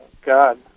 God